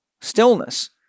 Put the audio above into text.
stillness